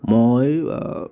মই